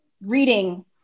reading